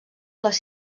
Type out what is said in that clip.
les